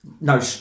No